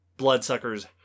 Bloodsuckers